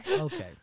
Okay